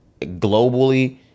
globally